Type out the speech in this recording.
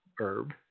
herb